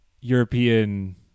European